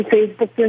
Facebook